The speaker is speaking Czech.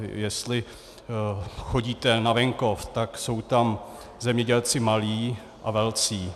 Jestli chodíte na venkov, tak jsou tam zemědělci malí a velcí.